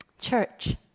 Church